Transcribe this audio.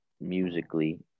Musically